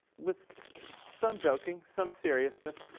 with some joking, some seriousness,